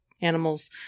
animals